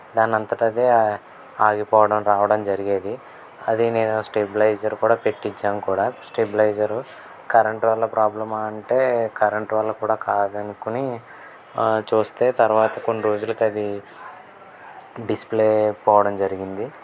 దాని అంతట అది ఆగిపోవడం రావడం జరిగేది అది నేను స్టెబిలైజర్ కూడా పెట్టించాను కూడా స్టెబిలైజరు కరెంటు వల్ల ప్రాబ్లమా అంటే కరెంటు వల్ల కూడా కాదు అనుకొని చూస్తే తర్వాత కొన్ని రోజులకు అది డిస్ప్లే పోవడం జరిగింది